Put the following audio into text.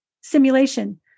simulation